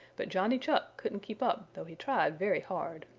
but johnny chuck couldn't keep up though he tried very hard,